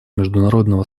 международного